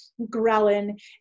ghrelin